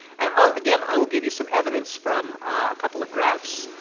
and ah again, i will give you some evidence from a couple of graphs.